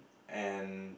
and